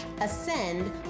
ascend